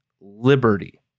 liberty